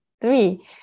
three